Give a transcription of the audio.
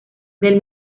del